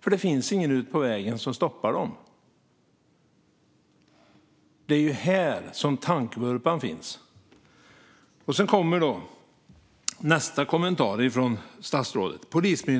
för det finns ingen ute på vägen som stoppar dem. Det är här tankevurpan finns. Sedan kommer vi till nästa kommentar från statsrådet.